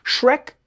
Shrek